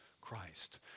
Christ